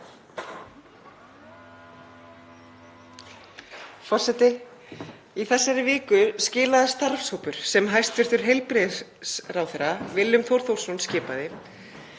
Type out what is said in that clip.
Forseti. Í þessari viku skilaði starfshópur, sem hæstv. heilbrigðisráðherra Willum Þór Þórsson skipaði,